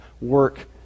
work